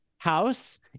house